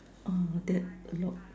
uh that a lot